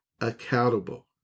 accountable